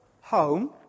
home